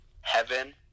heaven